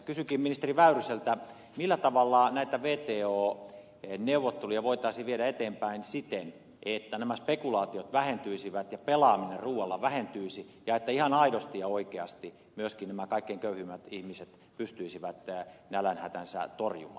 kysynkin ministeri väyryseltä millä tavalla näitä wto neuvotteluja voitaisiin viedä eteenpäin siten että nämä spekulaatiot vähentyisivät ja pelaaminen ruualla vähentyisi ja että ihan aidosti ja oikeasti myöskin nämä kaikkein köyhimmät ihmiset pystyisivät nälänhätänsä torjumaan